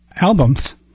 albums